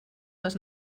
les